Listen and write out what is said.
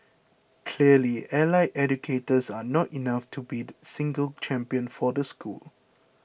clearly allied educators are not enough to be the single champion for the school